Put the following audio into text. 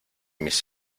mis